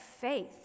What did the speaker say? faith